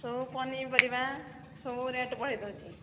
ସବୁ ପନିିପରିବା ସବୁ ରେଟ୍ ବଢ଼େଇ ଦେଉଛି